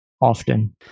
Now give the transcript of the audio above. often